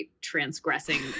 transgressing